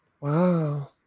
Wow